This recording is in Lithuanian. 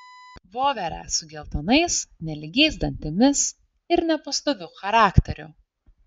voverę su geltonais nelygiais dantimis ir nepastoviu charakteriu